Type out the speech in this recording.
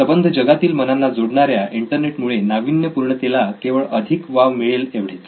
सबंध जगतातील मनांना जोडणाऱ्या इंटरनेट मुळे नाविन्यपूर्णतेला केवळ अधिक वाव मिळेल एवढेच